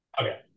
Okay